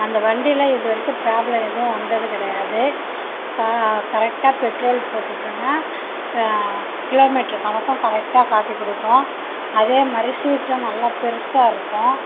அந்த வண்டியில் இதுவரைக்கும் ப்ராப்ளம் எதுவும் வந்தது கிடையாது கரெக்டாக பெட்ரோல் போட்டுட்டோனா கிலோமீட்ரு கணக்கும் கரெக்டாக காட்டிக்கொடுக்கும் அதேமாதிரி சீட்டும் நல்லா பெருசாக இருக்கும்